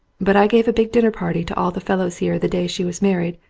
but i gave a big dinner party to all the fellows here the day she was married,